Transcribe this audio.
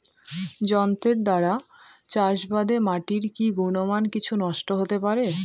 যন্ত্রের দ্বারা চাষাবাদে মাটির কি গুণমান কিছু নষ্ট হতে পারে?